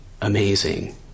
amazing